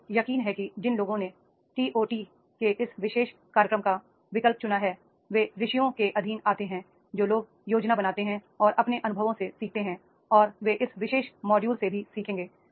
मुझे यकीन है कि जिन लोगों ने टीओटी के इस विशेष कार्यक्रम का विकल्प चुना है वे ऋषियों के अधीन आते हैं जो लोग योजना बनाते हैं और अपने अनुभवों से सीखते हैं और वे इस विशेष मॉड्यूल से भी सीखेंगे